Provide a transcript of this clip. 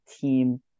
team